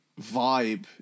vibe